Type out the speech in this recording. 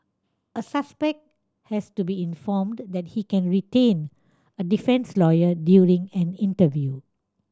a suspect has to be informed that he can retain a defence lawyer during an interview